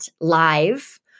live